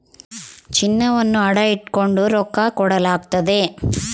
ಚಿನ್ನಾನ ಅಡ ಇಟಗಂಡು ರೊಕ್ಕ ಕೊಡಲಾಗ್ತತೆ